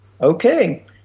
Okay